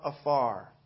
afar